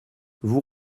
vous